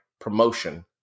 promotion